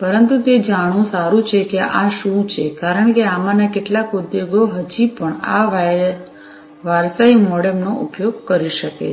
પરંતુ તે જાણવું સારું છે કે આ શું છે કારણ કે આમાંના કેટલાક ઉદ્યોગો હજી પણ આ વારસાઈ મોડેમ નો ઉપયોગ કરી શકે છે